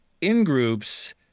in-groups